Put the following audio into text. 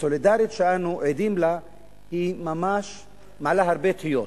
הסולידריות שאנו עדים לה ממש מעלה הרבה תהיות.